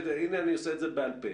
והינה אני עושה את זה בעל פה.